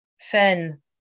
Fen